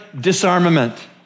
disarmament